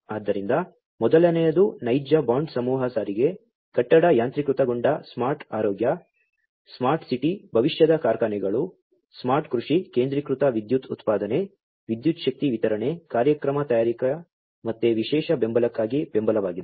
ಆದ್ದರಿಂದ ಮೊದಲನೆಯದು ನೈಜ ಬೌಂಡ್ ಸಮೂಹ ಸಾರಿಗೆ ಕಟ್ಟಡ ಯಾಂತ್ರೀಕೃತಗೊಂಡ ಸ್ಮಾರ್ಟ್ ಆರೋಗ್ಯ ಸ್ಮಾರ್ಟ್ ಸಿಟಿ ಭವಿಷ್ಯದ ಕಾರ್ಖಾನೆಗಳು ಸ್ಮಾರ್ಟ್ ಕೃಷಿ ಕೇಂದ್ರೀಕೃತ ವಿದ್ಯುತ್ ಉತ್ಪಾದನೆ ವಿದ್ಯುತ್ ಶಕ್ತಿ ವಿತರಣೆ ಕಾರ್ಯಕ್ರಮ ತಯಾರಿಕೆ ಮತ್ತು ವಿಶೇಷ ಬೆಂಬಲಕ್ಕಾಗಿ ಬೆಂಬಲವಾಗಿದೆ